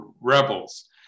rebels